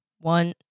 one